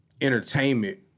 entertainment